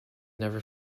never